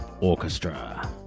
Orchestra